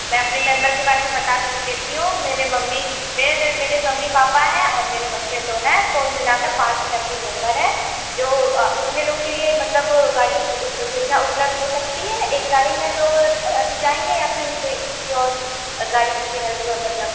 मैं अपने मेंबर के बारे में बता देती हूँ मेरे मम्मी मैं मेरे मम्मी पापा हैं और मेरे बच्चे दो है कुल मिला के पाँच फ़ैमिली मेंबर हैं जो उतने लोग के लिए मतलब गाड़ी की सुविधा उपलब्ध हो सकती है एक गाड़ी में लोग अट जायेंगे या फिर किसी और गाड़ी के लिए हेल्प मतलब